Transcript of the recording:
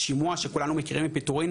השימוע שכולנו מכירים מפיטורין,